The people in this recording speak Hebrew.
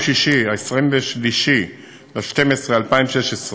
בעקבות זאת, ביום שישי, 23 בדצמבר 2016,